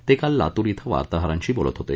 ते काल लातूर इथं वार्ताहरांशी बोलत होते